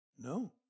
no